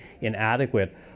inadequate